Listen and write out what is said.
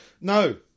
No